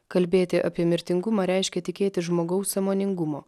kalbėti apie mirtingumą reiškia tikėti žmogaus sąmoningumu